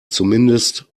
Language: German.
zumindest